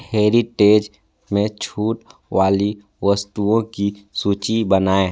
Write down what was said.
heritage में छूट वाली वस्तुओं की सूची बनाएँ